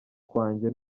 kwanjye